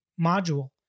module